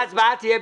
על